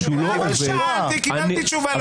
קיבלתי תשובה יואב.